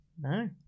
No